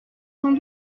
sans